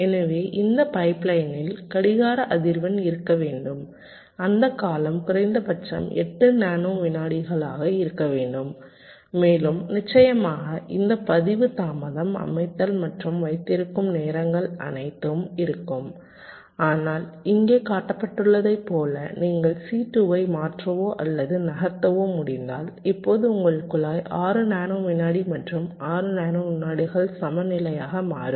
எனவே இந்த பைப்லைனில் கடிகார அதிர்வெண் இருக்க வேண்டும் அந்தக் காலம் குறைந்தபட்சம் 8 நானோ வினாடிகளாக இருக்க வேண்டும் மேலும் நிச்சயமாக இந்த பதிவு தாமதம் அமைத்தல் மற்றும் வைத்திருக்கும் நேரங்கள் அனைத்தும் இருக்கும் ஆனால் இங்கே காட்டப்பட்டுள்ளதைப் போல நீங்கள் C2 ஐ மாற்றவோ அல்லது நகர்த்தவோ முடிந்தால் இப்போது உங்கள் குழாய் 6 நானோ வினாடி மற்றும் 6 நானோ விநாடிகள் சமநிலையாக மாறும்